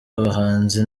abahanzi